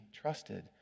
trusted